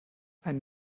ein